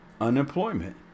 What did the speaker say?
unemployment